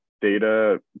data